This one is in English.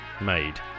made